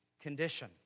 condition